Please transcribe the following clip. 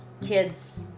kids